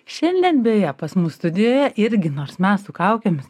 šiandien beje pas mus studijoje irgi nors mes su kaukėmis